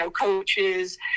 coaches